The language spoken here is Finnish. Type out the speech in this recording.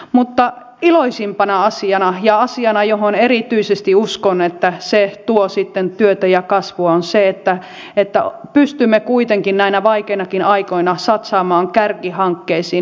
mutta iloisimpana asiana ja asiana josta erityisesti uskon että se tuo sitten työtä ja kasvua on se että pystymme kuitenkin näinä vaikeinakin aikoina satsaamaan kärkihankkeisiin